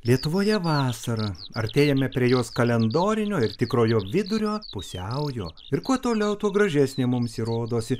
lietuvoje vasara artėjome prie jos kalendorinio ir tikrojo vidurio pusiaujo ir kuo toliau tuo gražesnė mums ji rodosi